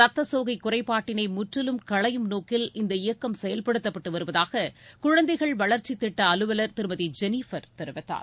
ரத்தசோகை குறைபாட்டினை முற்றிலும் களையும் நோக்கில் இந்த இயக்கம் செயல்படுத்தப்பட்டு வருவதாக குழந்தைகள் வளர்ச்சித் திட்ட அலுவலர் திருமதி ஜெனீஃபர் தெரிவித்தார்